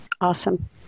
Awesome